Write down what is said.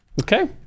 Okay